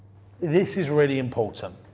this is really important.